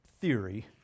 theory